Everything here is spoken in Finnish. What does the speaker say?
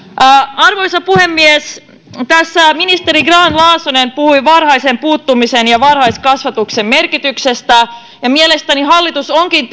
arvoisa puhemies tässä ministeri grahn laasonen puhui varhaisen puuttumisen ja varhaiskasvatuksen merkityksestä ja mielestäni hallitus onkin